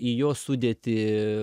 į jos sudėtį